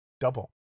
Double